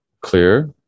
clear